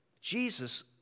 Jesus